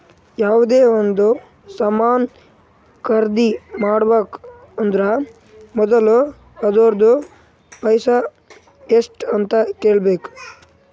ಯಾವ್ದೇ ಒಂದ್ ಸಾಮಾನ್ ಖರ್ದಿ ಮಾಡ್ಬೇಕ ಅಂದುರ್ ಮೊದುಲ ಅದೂರ್ದು ಪ್ರೈಸ್ ಎಸ್ಟ್ ಅಂತ್ ಕೇಳಬೇಕ